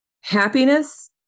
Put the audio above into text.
happiness